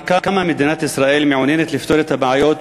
כמה מדינת ישראל מעוניינת לפתור את הבעיות